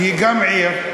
שהוא גם עיר,